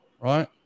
right